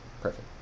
perfect